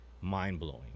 mind-blowing